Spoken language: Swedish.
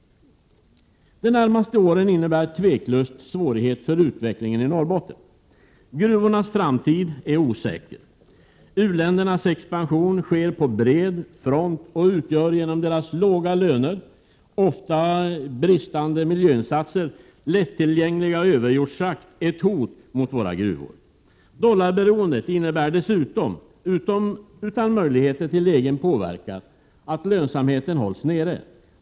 De närmaste åren innebär tveklöst svårigheter för utvecklingen i Norrbotten. Gruvornas framtid är osäker. U-ländernas expansion sker på bred front och utgör genom deras låga löner och ofta bristande miljöinsatser och deras lättillgängliga överjordschakt ett hot mot våra gruvor. Dollarberoendet — utan möjligheter till egen påverkan — innebär dessutom att lönsamheten hålls nere.